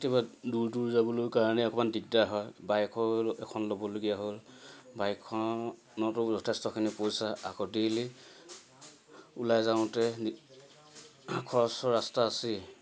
কেতিয়াবা দূৰ দূৰ যাবলৈ কাৰণে অকমান দিগদাৰ হয় বাইক এখন ল'বলগীয়া হ'ল বাইকখনতো যথেষ্টখিনি পইচা আকৌ ডেইলি ওলাই যাওঁতে খৰচৰ ৰাস্তা আছেই